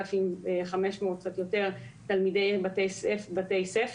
8,500 או קצת יותר תלמידי בתי ספר.